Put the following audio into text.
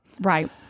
right